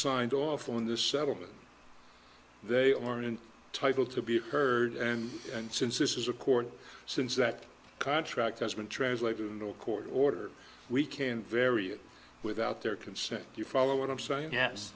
signed off on this settlement they are in title to be heard and and since this is a court since that contract has been translated into a court order we can vary it without their consent you follow what i'm saying yes